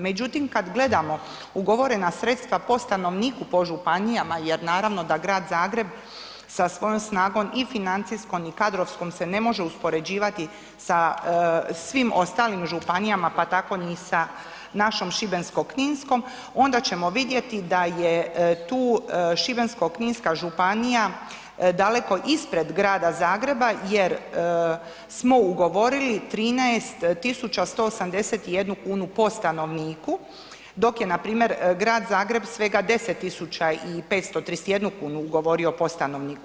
Međutim, kad gledamo ugovorena sredstva po stanovniku, po županijama jer naravno da Grad Zagreb sa svojom snagom i financijskom i kadrovskom se ne može uspoređivati sa svim ostalim županijama, pa tako ni sa našom Šibensko-kninskom, onda ćemo vidjeti da je tu Šibensko-kninska županija daleko ispred Grada Zagreba jer smo ugovorili 13.181,00 kn po stanovniku, dok je npr. Grad Zagreb svega 10.531,00 kn ugovorio po stanovniku.